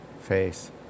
face